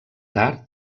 tard